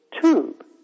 tube